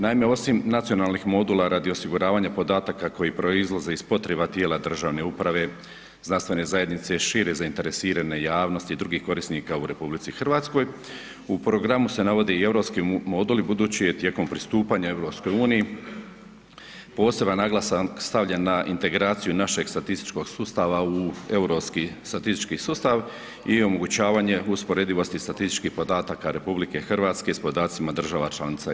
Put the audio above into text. Naime, osim nacionalnih modula radi osiguravanja podataka koji proizlaze iz potreba tijela državne uprave, znanstvene zajednice, šire zainteresirane javnosti, drugih korisnika u RH, u programu se navode i europski moduli budući je tijekom pristupanja EU poseban naglasak stavljen na integraciju našeg statističkog sustava u europski statistički sustav i omogućavanje usporedivosti statističkih podataka RH s podacima država članica EU.